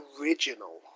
original